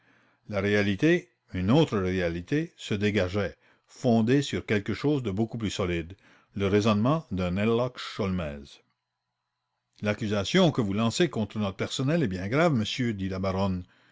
la réalité une autre réalité se dégageait fondée sur quelque chose de beaucoup plus solide le raisonnement d'un herlock sholmès l'accusation que vous lancez contre notre personnel est bien grave monsieur dit la baronne